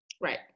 Right